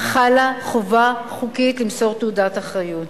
חלה חובה חוקית למסור תעודת אחריות.